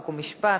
חוק ומשפט,